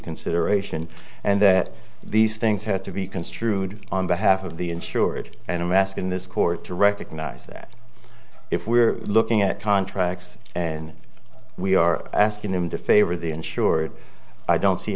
consideration and that these things have to be construed on behalf of the insured and i'm asking this court to recognise that if we're looking at contracts and we are asking them to favor the insured i don't see